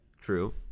true